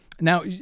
Now